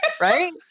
right